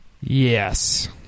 Yes